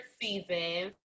season